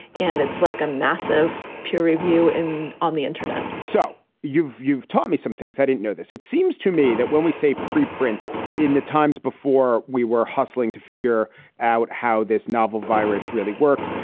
and it's like a massive peer review and on the internet so you've you've taught me some things. i didn't know this. it seems to me that when we say preprint in the times before we were hustling to figure out how this novel virus really worked,